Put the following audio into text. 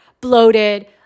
bloated